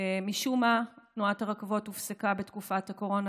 משום מה תנועת הרכבות הופסקה בתקופת הקורונה